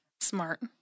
Smart